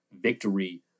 victory